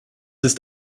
ist